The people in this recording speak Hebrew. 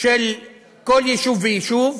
של כל יישוב ויישוב.